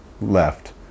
left